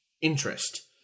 interest